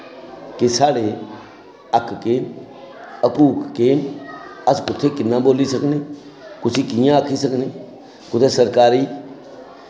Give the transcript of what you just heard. कि साढ़े हक्क केह् हकूक केह् अस कुत्थै कि'न्ना बोल्ली सकने कुस्सी कि'यां आक्खी सकने कु'दै सरकारी